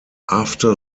after